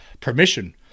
permission